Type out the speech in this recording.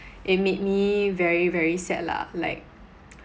it made me very very sad lah like